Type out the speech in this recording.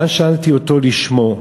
ואז שאלתי אותו לשמו,